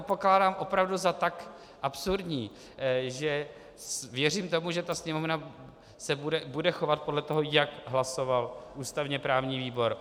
Pokládám to opravdu za tak absurdní, že věřím tomu, že Sněmovna se bude chovat podle toho, jak hlasoval ústavněprávní výbor.